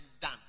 done